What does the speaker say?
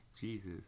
Jesus